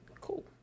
cool